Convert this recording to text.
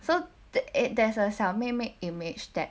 so the eight there's a 小妹妹 image that